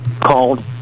called